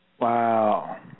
Wow